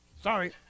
Sorry